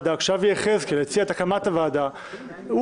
וכשאבי יחזקאל הציע את הקמת הוועדה הרי עד אז בכלל